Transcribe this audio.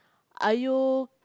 are you